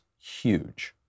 huge